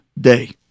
day